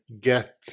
get